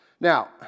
Now